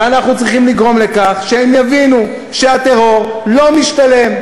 ואנחנו צריכים לגרום לכך שהם יבינו שהטרור לא משתלם.